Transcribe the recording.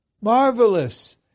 Marvelous